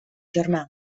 germà